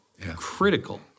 critical